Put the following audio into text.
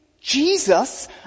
Jesus